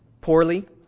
poorly